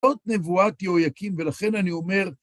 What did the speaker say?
עוד נבואת יהוייקים, ולכן אני אומר...